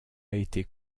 été